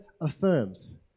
affirms